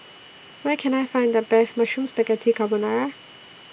Where Can I Find The Best Mushroom Spaghetti Carbonara